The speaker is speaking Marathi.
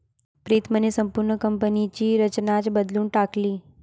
प्रीतमने संपूर्ण कंपनीची रचनाच बदलून टाकली